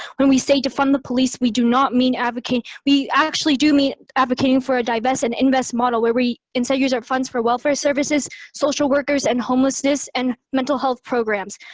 when we say defund the police, we do not mean advocate. we actually do mean advocating for a divest and invest model where we instead use our funds for welfare services, social workers and homelessness and mental health programs.